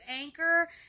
Anchor